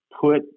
put